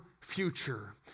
future